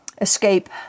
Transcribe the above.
Escape